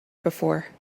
before